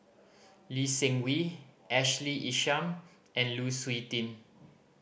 Lee Seng Wee Ashley Isham and Lu Suitin